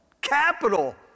capital